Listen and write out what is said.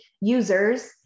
users